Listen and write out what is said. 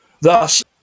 thus